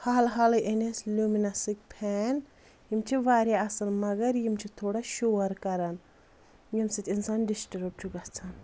حال حالٕے أنۍ اسہِ لیوٗمِنیٚسٕکۍ فین یِم چھِ واریاہ اصٕل مگر یِم چھِ تھوڑا شور کَران ییٚمہِ سۭتۍ اِنسان ڈِسٹٔرٕب چھُ گَژھان